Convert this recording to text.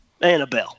Annabelle